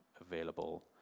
available